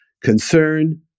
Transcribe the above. Concern